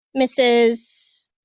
Mrs